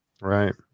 right